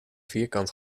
vierkant